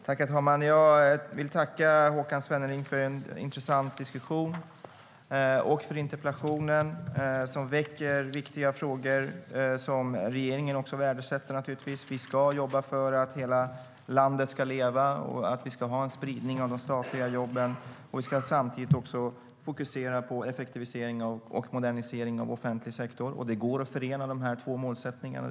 Herr talman! Jag vill tacka Håkan Svenneling för en intressant diskussion och för interpellationen. Den väcker viktiga frågor som regeringen också värdesätter. Vi ska jobba för att hela landet ska leva och för att vi ska ha en spridning av de statliga jobben. Vi ska samtidigt fokusera på effektivisering och modernisering av offentlig sektor. Det går att förena de två målsättningarna.